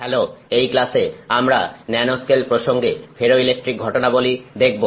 hello এই ক্লাসে আমরা ন্যানো স্কেল প্রসঙ্গে ফেরোইলেকট্রিক ঘটনাবলী দেখব